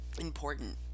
important